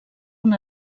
una